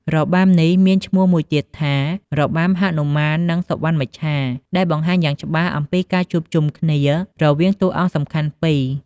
របាំនេះមានឈ្មោះមួយទៀតថា របាំហនុមាននិងសុវណ្ណមច្ឆា ដែលបង្ហាញយ៉ាងច្បាស់អំពីការជួបជុំគ្នារវាងតួអង្គសំខាន់ពីរ។